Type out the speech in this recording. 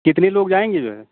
कितने लोग जाएंगे जो है